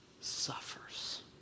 suffers